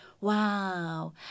Wow